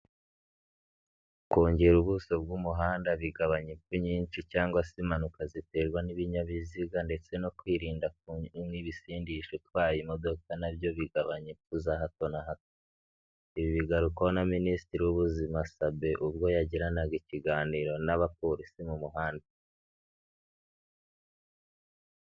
Kongera ubuso bw'umuhanda bigabanya impfu nyinshi cyangwa se impanuka ziterwa n'ibinyabiziga, ndetse no kwirinda kunywa ibisindisha utwaye imodoka na byo bigabanya impfu za hato na hato. Ibi bigarukwaho na Minisitiri w'Ubuzima Sabe ubwo yagiranaga ikiganiro n'abapolisi mu muhanda.